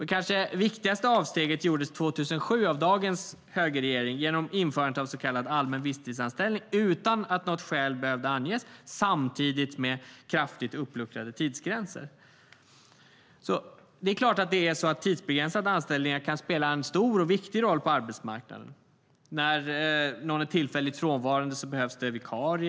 Det kanske viktigaste avsteget gjordes 2007 av dagens högerregering genom införandet av så kallad allmän visstidsanställning utan att något skäl behövde anges samtidigt med kraftigt uppluckrade tidsgränser. Det är klart att tidsbegränsade anställningar kan spela en stor och viktig roll på arbetsmarknaden. När någon är tillfälligt frånvarande behövs det vikarier.